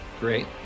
Great